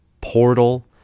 portal